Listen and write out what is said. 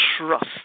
trust